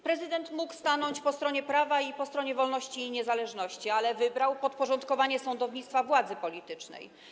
Prezydent mógł stanąć po stronie prawa, po stronie wolności i niezależności, ale wybrał podporządkowanie sądownictwa władzy politycznej.